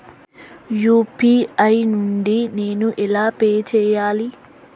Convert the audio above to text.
UPI నుండి నేను ఎలా పే చెయ్యాలి?